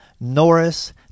Norris